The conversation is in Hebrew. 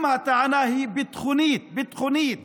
אם הטענה היא ביטחונית, ביטחונית,